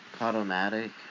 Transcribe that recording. automatic